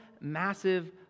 massive